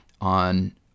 on